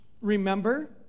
remember